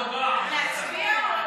להצביע?